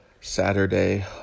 Saturday